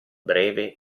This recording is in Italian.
breve